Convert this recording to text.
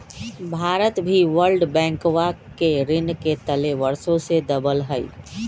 भारत भी वर्ल्ड बैंकवा के ऋण के तले वर्षों से दबल हई